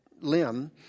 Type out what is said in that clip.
limb